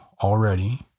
already